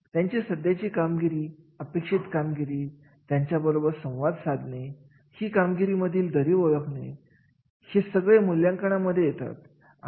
आणि मग कर्मचारी यांना कामाच्या ठिकाणी दीर्घकाळ टिकून ठेवणे हे कार्याचे मूल्यमापन मध्ये विचारात घ्यावे